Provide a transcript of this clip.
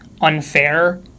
unfair